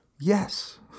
yes